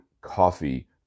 coffee